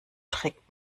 trägt